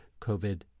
COVID